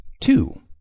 two